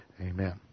Amen